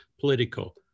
political